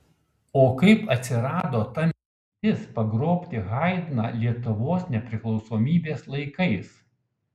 o kaip atsirado ta mintis pagroti haidną lietuvos nepriklausomybės laikais